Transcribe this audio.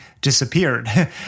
disappeared